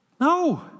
No